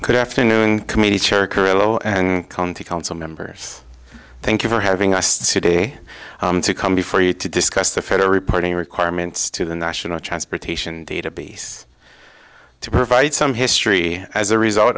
carrillo and county council members thank you for having us today to come before you to discuss the federal reporting requirements to the national transportation database to provide some history as a result